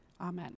Amen